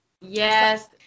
Yes